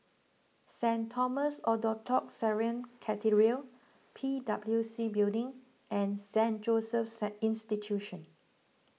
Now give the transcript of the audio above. Saint Thomas Orthodox Syrian Cathedral P W C Building and Saint Joseph's saint Institution